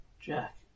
Jack